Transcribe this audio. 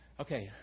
Okay